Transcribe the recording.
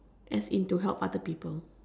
as in to help other people